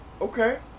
Okay